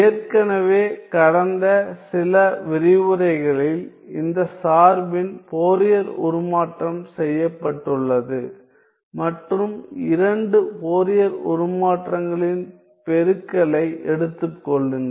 ஏற்கனவே கடந்த சில விரிவுரைகளில் இந்த சார்பின் ஃபோரியர் உருமாற்றம் செய்யப்பட்டுள்ளது மற்றும் இரண்டு ஃபோரியர் உருமாற்றங்களின் பெருக்கலை எடுத்துக் கொள்ளுங்கள்